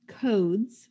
codes